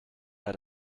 had